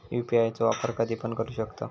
UPI चो वापर कधीपण करू शकतव?